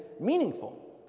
meaningful